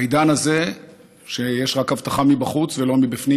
העידן הזה שיש רק אבטחה מבחוץ ולא מבפנים,